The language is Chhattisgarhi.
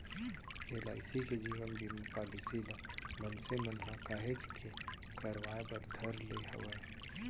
एल.आई.सी के जीवन बीमा पॉलीसी ल मनसे मन ह काहेच के करवाय बर धर ले हवय